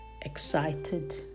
excited